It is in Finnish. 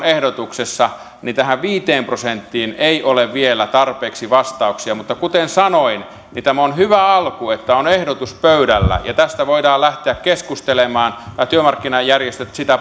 ehdotuksessa tähän viiteen prosenttiin ei ole vielä tarpeeksi vastauksia mutta kuten sanoin niin tämä on hyvä alku että on ehdotus pöydällä ja tästä voidaan lähteä keskustelemaan työmarkkinajärjestöt sitä